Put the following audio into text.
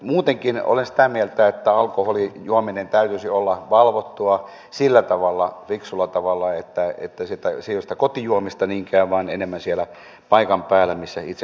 muutenkin olen sitä mieltä että alkoholin juomisen täytyisi olla valvottua sillä tavalla fiksusti että se ei ole sitä kotijuomista niinkään vaan enemmän siellä paikan päällä missä itse kulttuuriakin nautitaan